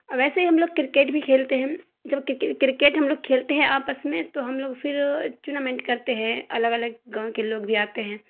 ویسے ہی ہم لوگ کرکٹ بھی کھیلتے ہیں جبکہ کرکٹ ہم لوگ کھیلتے ہیں آپس میں تو ہم لوگ پھر ٹونامنٹ کرتے ہیں الگ الگ گاؤں کے لوگ بھی آتے ہیں